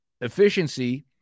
Efficiency